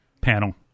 panel